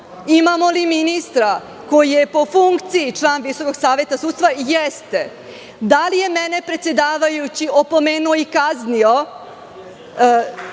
Imamo li ministra koji je po funkciji član Visokog saveta sudstva? Jeste. Da li je mene predsedavajući opomenuo i kaznio,